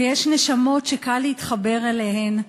ושיש נשמות שקל להתחבר אליהן,